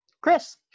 Chris